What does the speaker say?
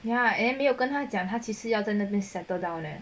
ya and 没有跟他讲他只是要在那边 settled down leh